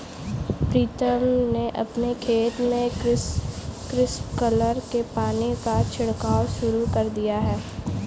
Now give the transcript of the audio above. प्रीतम ने अपने खेत में स्प्रिंकलर से पानी का छिड़काव शुरू कर दिया है